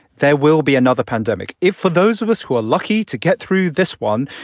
there will be another pandemic. if for those of us who are lucky to get through this one,